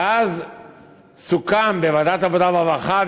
ואז סוכם בוועדת העבודה והרווחה,